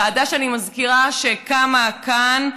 ועדה שאני מזכירה שקמה כאן.